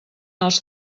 els